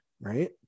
Right